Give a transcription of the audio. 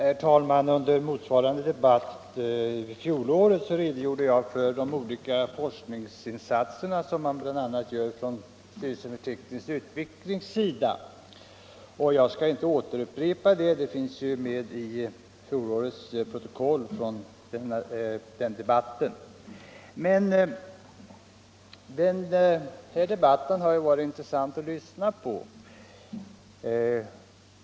Herr talman! Vid motsvarande debatt i fjol redogjorde jag för de olika forskningsinsatser som görs av bl.a. styrelsen för teknisk utveckling, och jag skall inte upprepa vad jag då sade för det finns ju att läsa i fjolårets protokoll. Debatten i dag har varit intressant att lyssna till.